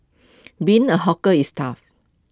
being A hawker is tough